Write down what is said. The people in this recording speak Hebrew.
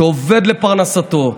שעובד לפרנסתו,